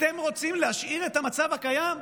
להשאיר את המצב הקיים?